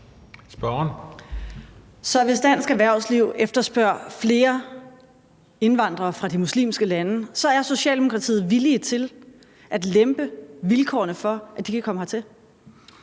Hvis dansk erhvervsliv efterspørger flere indvandrere fra de muslimske lande, er Socialdemokratiet så villige til at lempe vilkårene for, at de kan komme hertil?